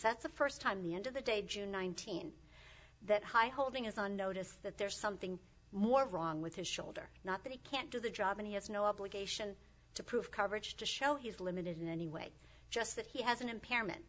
sets the first time the end of the day june nineteenth that high holding is on notice that there's something more wrong with his shoulder not that he can't do the job and he has no obligation to prove coverage to show he's limited in any way just that he has an impairment